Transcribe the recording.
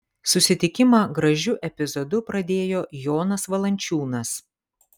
susitikimą gražiu epizodu pradėjo jonas valančiūnas